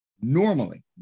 normally